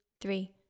three